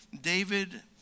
David